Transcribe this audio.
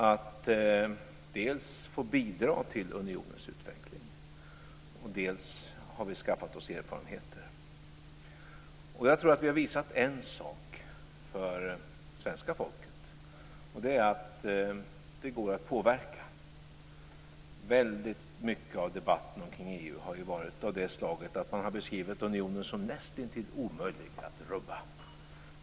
Dels har vi fått bidra till unionens utveckling, dels har vi skaffat oss erfarenheter. Jag tror att vi har visat en sak för svenska folket. Det är att det går att påverka. Mycket av debatten kring EU har varit av det slaget att man har beskrivit unionen som näst intill omöjlig att rubba.